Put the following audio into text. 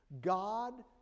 God